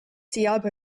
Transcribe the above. diabo